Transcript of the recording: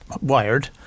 wired